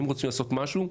אם רוצים לעשות משהו,